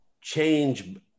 change